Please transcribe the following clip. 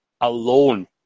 alone